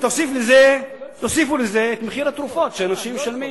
תוסיפו לזה את מחיר התרופות שאנשים משלמים.